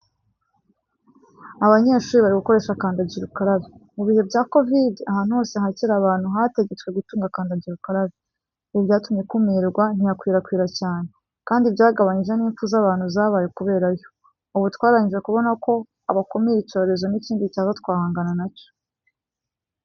Abanyeshuri bari gukoresha kandagira ukarabe. Mu bihe bya kovide ahantu hose hakira abantu hategetswe gutunga kandagira ukarabe, ibi byatumye ikumirwa ntiyakwirakwira cyane, kandi byagabanyije n'impfu z'abantu zabaye kubera yo. Ubu twarangije kubona uko bakumira icyorezo n'ikindi cyaza twahangana na cyo.